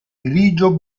grigio